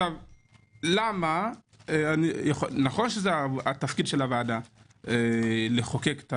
למה - נכון שזה תפקיד הוועדה לחוקק,